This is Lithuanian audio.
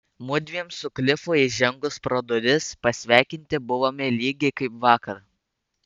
mudviem su klifu įžengus pro duris pasveikinti buvome lygiai kaip vakar